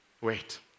Wait